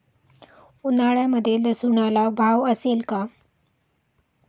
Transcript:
उन्हाळ्यामध्ये लसूणला भाव असेल का?